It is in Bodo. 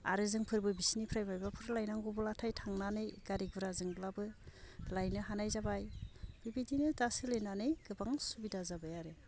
आरो जोंफोरबो बिसिनिफ्राय मायबाफोर लायनांगौब्लाथाय थांनानै गारि गुराजोंब्लाबो लायनो हानाय जाबाय बिबायदिनो दा सोलायनानै गोबां सुबिदा जाबाय आरो